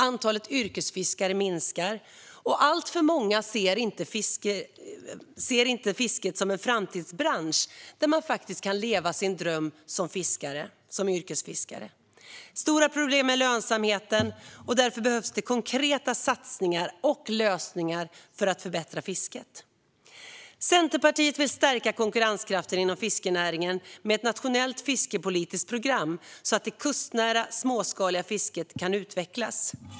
Antalet yrkesfiskare minskar, och alltför många ser inte fisket som en framtidsbransch där man faktiskt kan leva sin dröm som yrkesfiskare. Det finns stora problem med lönsamheten, och därför behövs det konkreta satsningar och lösningar för att förbättra fisket. Centerpartiet vill stärka konkurrenskraften inom fiskenäringen med ett nationellt fiskepolitiskt program så att det kustnära och småskaliga fisket kan utvecklas.